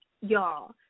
y'all